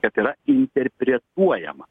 kad yra interpretuojama